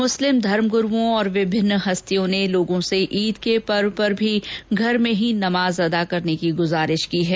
मुस्लिम धर्मगुरूओं और विभिन्न हस्तियों ने लोगों से ईद के पर्व पर भी घर में ही नमाज अदा करने की गूजारिश की है